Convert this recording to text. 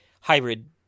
hybrid